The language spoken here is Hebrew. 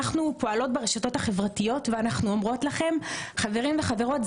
אנחנו פועלות ברשתות החברתיות ואנחנו אומרות לכם: חברים וחברות,